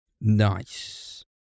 Nice